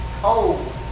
cold